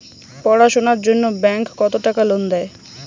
পড়াশুনার জন্যে ব্যাংক কত টাকা লোন দেয়?